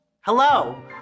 Hello